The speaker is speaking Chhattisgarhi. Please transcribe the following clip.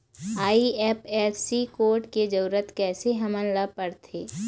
आई.एफ.एस.सी कोड के जरूरत कैसे हमन ला पड़थे?